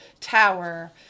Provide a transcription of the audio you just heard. tower